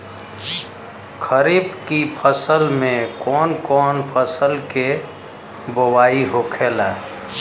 खरीफ की फसल में कौन कौन फसल के बोवाई होखेला?